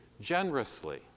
generously